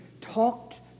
talked